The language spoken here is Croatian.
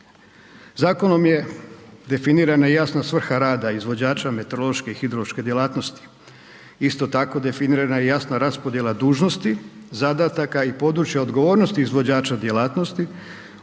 Zakonom je definirana i jasna svrha rada izvođača meteoroloških i hidrološke djelatnosti. Isto tako, definirana je jasna raspodjela dužnosti zadataka i područja odgovornosti izvođača djelatnosti